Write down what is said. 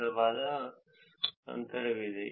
ಆದ್ದರಿಂದ ಇಲ್ಲಿ 50 ಕಿಲೋಮೀಟರ್ ಒಳಗಿನ ರೇಖಾಚಿತ್ರ ಈ ಭಾಗವಾಗಿದೆ